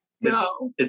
No